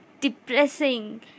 depressing